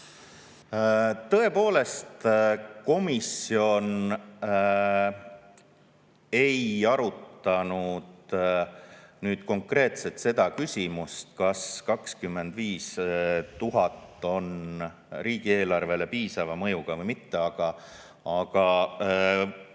Tõepoolest, komisjon ei arutanud konkreetselt seda küsimust, kas 25 000 eurot on riigieelarvele piisava mõjuga või mitte. Aga